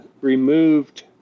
removed